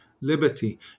Liberty